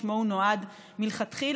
שלשמן הוא נועד מלכתחילה,